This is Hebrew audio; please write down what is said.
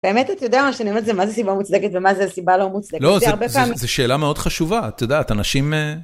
באמת אתה יודע מה שאני אומרת זה מה זו סיבה מוצדקת ומה זו סיבה לא מוצדקת, הרבה פעמים. לא, זו שאלה מאוד חשובה, את יודעת, אנשים...